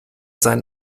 sein